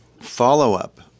follow-up